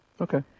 Okay